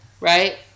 Right